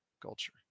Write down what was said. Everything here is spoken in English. Culture